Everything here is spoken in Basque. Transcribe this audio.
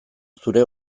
zure